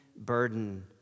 burden